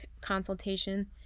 consultation